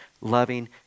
loving